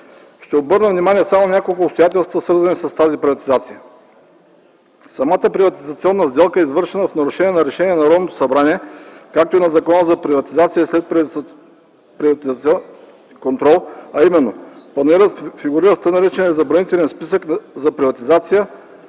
Ще обърна внимание само на няколко обстоятелства, свързани с тази приватизация. Самата приватизационна сделка е извършена в нарушение на решение на Народното събрание, както и на Закона за приватизация и следприватизационен контрол, а именно панаирът фигурира в тъй наречения забранителен списък за приватизация